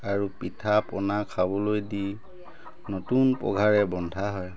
আৰু পিঠা পনা খাবলৈ দি নতুন পঘাৰে বন্ধা হয়